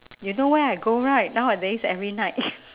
you know where I go right nowadays every night